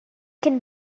can